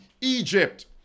Egypt